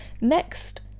next